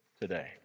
today